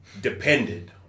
depended